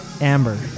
Amber